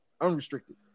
unrestricted